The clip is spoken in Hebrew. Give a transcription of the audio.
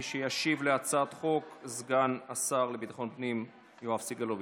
מי שישיב להצעת החוק הוא סגן השר לביטחון הפנים יואב סגלוביץ'.